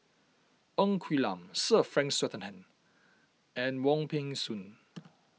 Ng Quee Lam Sir Frank Swettenham and Wong Peng Soon